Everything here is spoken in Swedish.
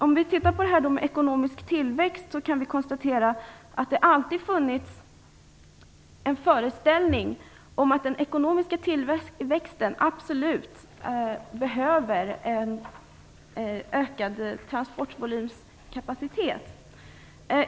Om vi tittar på detta med ekonomisk tillväxt kan vi konstatera att det alltid funnits en föreställning om att den ekonomiska tillväxten absolut behöver en ökad transportvolymskapacitet.